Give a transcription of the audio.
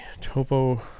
topo